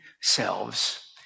selves